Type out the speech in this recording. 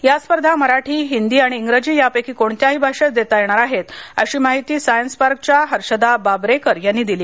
या स्पर्धा मराठी हिंदी किंवा इंग्रजी यापैकी कोणत्याही भाषेत देता येणार आहेत अशी माहिती सायन्स पार्कच्या हर्षदा बाबरेकर यांनी दिली